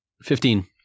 Fifteen